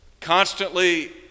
constantly